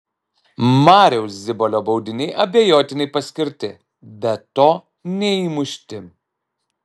mariaus zibolio baudiniai abejotinai paskirti be to neįmušti